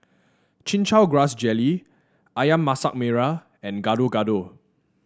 Chin Chow Grass Jelly ayam Masak Merah and Gado Gado